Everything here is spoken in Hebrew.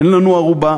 אין לנו ערובה.